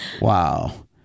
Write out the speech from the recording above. wow